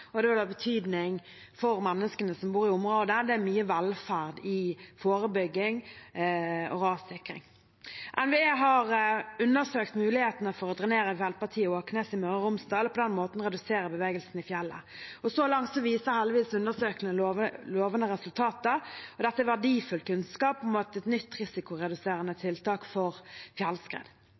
til. Det vil ha betydning lokalt og regionalt, og det vil ha betydning for menneskene som bor i området. Det er mye velferd i forebygging og rassikring. NVE har undersøkt mulighetene for å drenere fjellpartiet Åkneset i Møre og Romsdal og på den måten redusere bevegelsen i fjellet. Så langt viser heldigvis undersøkelsene lovende resultater, og dette er verdifull kunnskap om et nytt risikoreduserende tiltak mot fjellskred.